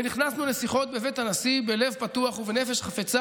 ונכנסנו לשיחות בבית הנשיא בלב פתוח ובנפש חפצה,